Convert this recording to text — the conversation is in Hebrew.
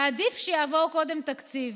ועדיף שיעבור קודם תקציב,